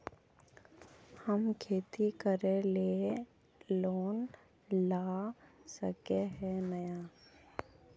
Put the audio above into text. हम खेती करे ले लोन ला सके है नय?